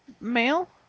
male